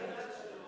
עוד לפני שהכרזת.